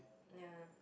ya